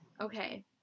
Okay